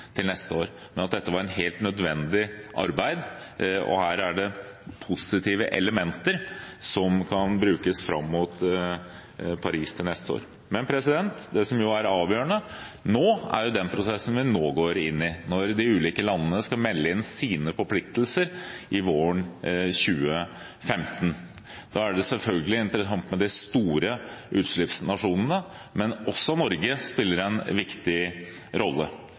til neste år, men dette var et helt nødvendig arbeid, og her er det positive elementer som kan brukes fram mot Paris til neste år. Men det som er avgjørende nå, er jo den prosessen som vi nå går inn i, når de ulike landene skal melde inn sine forpliktelser i løpet av våren 2015. Da er det selvfølgelig interessant med de store utslippsnasjonene, men også Norge spiller en viktig rolle.